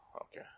Okay